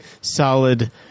solid